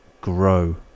grow